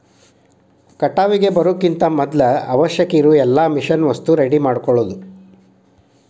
ಕಟಾವಿಗೆ ಬರುಕಿಂತ ಮದ್ಲ ಅವಶ್ಯಕ ಇರು ಎಲ್ಲಾ ಮಿಷನ್ ವಸ್ತು ರೆಡಿ ಮಾಡ್ಕೊಳುದ